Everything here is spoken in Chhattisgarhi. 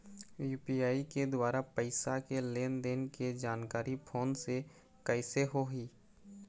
यू.पी.आई के द्वारा पैसा के लेन देन के जानकारी फोन से कइसे होही?